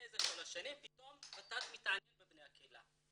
ופתאום ות"ת מתעניין בבני הקהילה.